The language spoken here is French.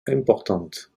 importantes